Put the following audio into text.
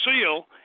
seal